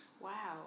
Wow